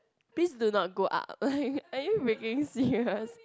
please do not go up like are you freaking serious